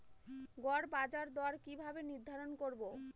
গড় বাজার দর কিভাবে নির্ধারণ করব?